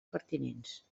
pertinents